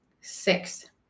six